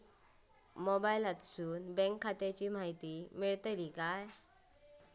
मोबाईलातसून बँक खात्याची माहिती मेळतली काय?